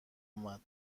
اومد